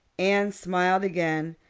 anne smiled again,